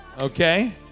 Okay